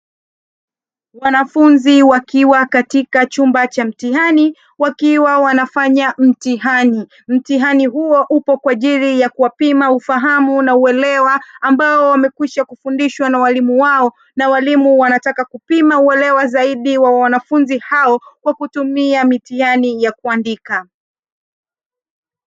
Wanafunzi wakiwa katika chumba cha mtihani wakiwa wanafanya mtihani. Mtihani huo upo kwa ajili ya kuwapima ufahamu na uelewa ambao wamekwisha kufundishwa na walimu wao na walimu wanataka kupima uelewa zaidi wa wanafunzi hao kwa kutumia mitihani ya kuandika.